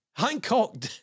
Hancock